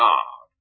God